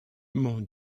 mon